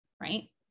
Right